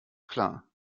klar